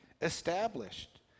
established